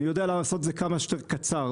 אני יודע לעשות את זה כמה שיותר קצר.